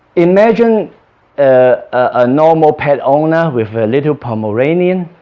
imagine a normal pet owner with a little pomeranian